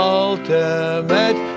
ultimate